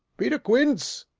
peter quince!